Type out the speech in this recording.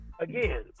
Again